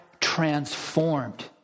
transformed